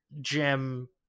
gem